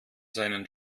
seinen